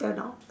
cannot